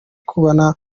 kubana